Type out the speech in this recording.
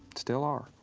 still are.